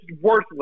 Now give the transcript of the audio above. worthless